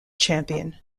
champion